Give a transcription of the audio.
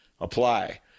apply